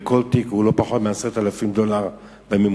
וכל תיק הוא לא פחות מ-10,000 דולר בממוצע,